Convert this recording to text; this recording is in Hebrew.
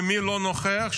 ומי לא נוכח שם?